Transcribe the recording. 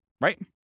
Right